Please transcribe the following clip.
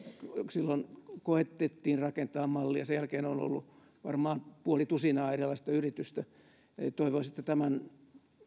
silloin koetettiin rakentaa mallia sen jälkeen on ollut varmaan puoli tusinaa erilaista yritystä toivoisi että tämän